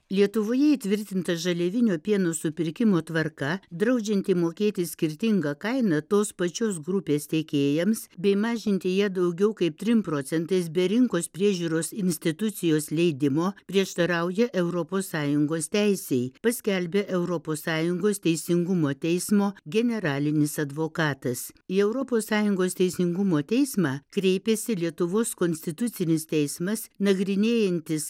lietuvoje įtvirtinta žaliavinio pieno supirkimo tvarka draudžianti mokėti skirtingą kainą tos pačios grupės tiekėjams bei mažinti ją daugiau kaip trim procentais be rinkos priežiūros institucijos leidimo prieštarauja europos sąjungos teisei paskelbė europos sąjungos teisingumo teismo generalinis advokatas į europos sąjungos teisingumo teismą kreipėsi lietuvos konstitucinis teismas nagrinėjantis